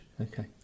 Okay